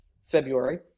February